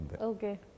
Okay